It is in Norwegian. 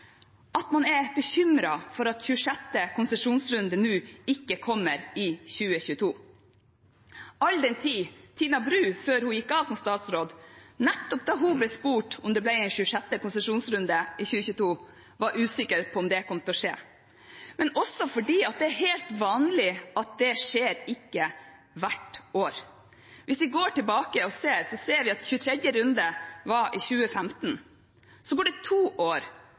at man er bekymret for at 26. konsesjonsrunde nå ikke kommer i 2022 – all den tid Tina Bru, før hun gikk av som statsråd, nettopp da hun ble spurt om det ble en 26. konsesjonsrunde i 2022, var usikker på om det kom til å skje. Men det er også helt vanlig at det ikke skjer hvert år. Hvis vi går tilbake og ser, ser vi at 23. runde var i 2015. Så går det to år